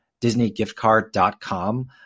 DisneyGiftCard.com